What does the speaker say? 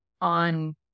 on